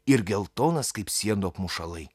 ir geltonas kaip sienų apmušalai